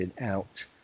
out